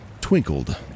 twinkled